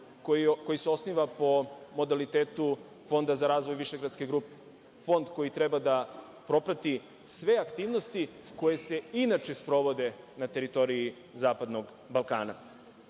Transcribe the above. koji se osniva po modalitetu Fonda za razvoj višegradske grupe. Fond koji treba da proprati sve aktivnosti koje se inače sprovode na teritoriji zapadnog Balkana. Kada